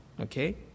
okay